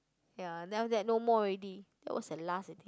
ya then after that no more already that was the last I think